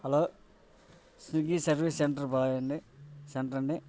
hello Swiggy service centre boy అండి centre అండి